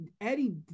Eddie